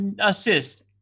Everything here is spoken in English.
assist